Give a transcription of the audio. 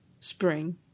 spring